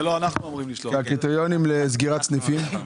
והקריטריונים לסגירת סניפים?